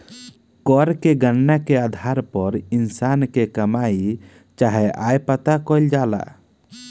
कर के गणना के आधार पर इंसान के कमाई चाहे आय पता कईल जाला